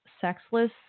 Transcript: sexless